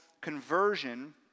conversion